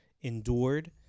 endured